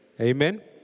Amen